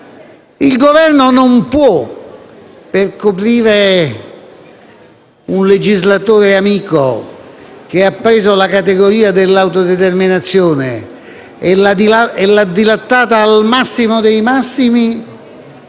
il Governo, per coprire un legislatore amico che ha preso la categoria dell'autodeterminazione e l'ha dilatata al massimo dei massimi,